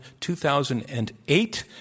2008